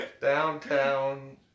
downtown